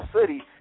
city